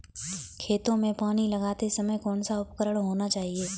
खेतों में पानी लगाते समय कौन सा उपकरण होना चाहिए?